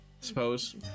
suppose